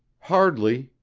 hardly,